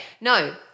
No